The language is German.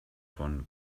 von